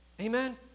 Amen